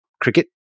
cricket